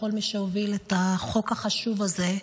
לכל מי שהוביל את החוק החשוב הזה.